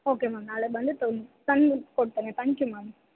okay ma'am ನಾಳೆ ಬಂದು ತಂದು ತಂದು ಕೊಡ್ತೇನೆ ತ್ಯಾಂಕ್ ಯು ಮ್ಯಾಮ್